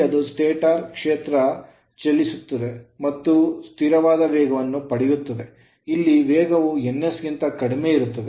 ಇಲ್ಲಿ ಅದು stator stator ಕ್ಷೇತ್ರದಲ್ಲಿ ಚಲಿಸುತ್ತದೆ ಮತ್ತು ಸ್ಥಿರವಾದ ವೇಗವನ್ನು ಪಡೆಯುತ್ತದೆ ಇಲ್ಲಿ ವೇಗವು ns ಗಿಂತ ಕಡಿಮೆ ಇರುತ್ತದೆ